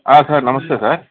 sir నమస్తే sir